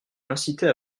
l’inciter